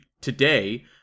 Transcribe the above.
today